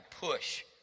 push